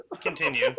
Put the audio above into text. continue